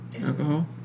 alcohol